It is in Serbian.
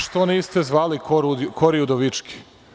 Kažete – što niste zvali Kori Udovički?